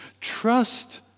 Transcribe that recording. Trust